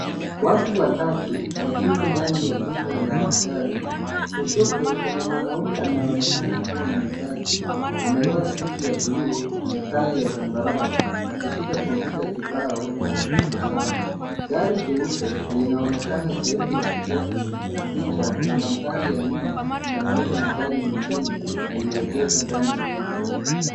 Watu watatu wakiwa ndani ya duka la magari .Kushoto kuna mwanaume anayeonekana kuwa muuzaji amevaa suti ya bluu na tai ya zambarau akishika kompyuta kibao na kutabasamu. Gari jeupe linaonekana sehemu ya kushoto ya picha na madhari ya nyuma nyuma yanaonyesha magari mengine yaliyoegeshwa ndani ya duka.